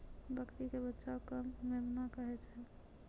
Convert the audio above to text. बकरी के बच्चा कॅ मेमना कहै छै